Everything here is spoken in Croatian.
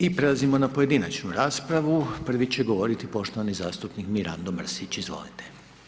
I prelazimo na pojedinačnu raspravu, prvi će govoriti poštovani zastupnik Mirando Mrsić, izvolite.